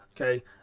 okay